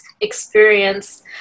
experience